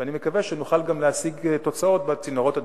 ואני מקווה שנוכל גם להשיג תוצאות בצינורות הדיפלומטיים.